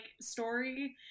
story